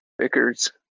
vickers